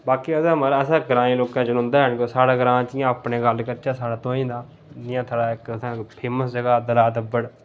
बाकी असें महाराज असें ग्राएं लोकें जनोंदा ऐ नी कुतै स्हाड़े ग्रांऽ च इयां अपने गल्ल करचै स्हाड़ै तोआईं तां जियां एक्क स्हाड़े फेमस जगह दला दब्बड़